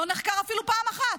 לא נחקר אפילו פעם אחת.